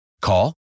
Call